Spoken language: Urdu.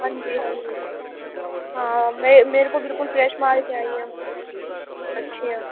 ہاں جی ہاں جی ہاں میرے کو بالکل فریش مال چاہیے سبزیاں